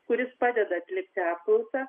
kuris padeda atlikti apklausą